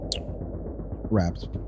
wraps